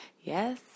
Yes